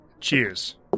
Cheers